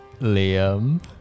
Liam